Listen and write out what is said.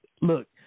look